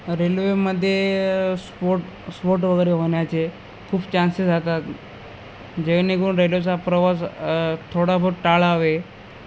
रेल्वेमध्ये स्फोट स्फोट वगैरे होण्याचे खूप चान्सेस असतात जेणेकरून रेल्वेचा प्रवास थोडा बहूत टाळावे